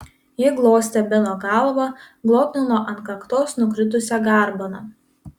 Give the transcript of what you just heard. ji glostė beno galvą glotnino ant kaktos nukritusią garbaną